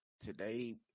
today